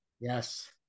Yes